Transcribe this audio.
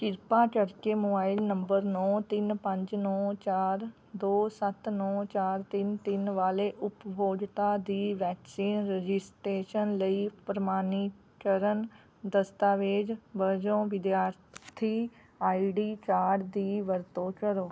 ਕਿਰਪਾ ਕਰਕੇ mobile number ਨੌ ਤਿੰਨ ਪੰਜ ਨੌ ਚਾਰ ਦੋ ਸੱਤ ਨੌ ਚਾਰ ਤਿੰਨ ਤਿੰਨ ਵਾਲੇ ਉਪਭੋਗਤਾ ਦੀ ਵੈਕਸੀਨ ਰਜਿਸਟ੍ਰੇਸ਼ਨ ਲਈ ਪ੍ਰਮਾਣੀਕਰਣ ਦਸਤਾਵੇਜ਼ ਵਜੋਂ ਵਿਦਿਆਰਥੀ ਆਈਡੀ ਕਾਰਡ ਦੀ ਵਰਤੋਂ ਕਰੋ